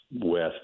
west